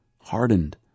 hardened